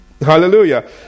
Hallelujah